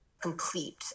complete